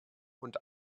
und